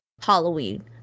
halloween